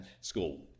school